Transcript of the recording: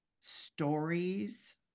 stories